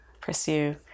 pursue